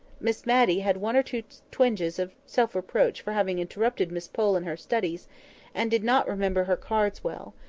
miss matty had one or two twinges of self-reproach for having interrupted miss pole in her studies and did not remember her cards well,